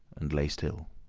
and lay still.